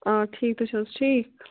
آ ٹھیٖک تُہۍ چھُو حظ ٹھیٖک